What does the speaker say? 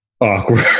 awkward